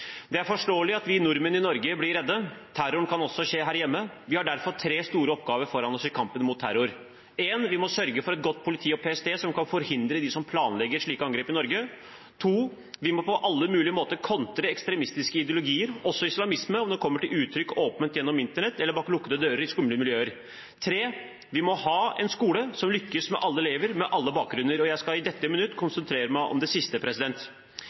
Det er forståelig at vi nordmenn i Norge blir redde. Terroren kan også skje her hjemme. Vi har derfor tre store oppgaver foran oss i kampen mot terror: Vi må sørge for et godt politi og en PST som kan forhindre dem som planlegger slike angrep i Norge. Vi må på alle mulige måter kontre ekstremistiske ideologier, også islamisme, om det kommer til uttrykk åpent gjennom internett eller bak lukkede dører i skumle miljøer. Vi må ha en skole som lykkes med alle elever med alle bakgrunner. Jeg skal i dette minutt konsentrere meg om det siste.